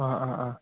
ആ ആ ആ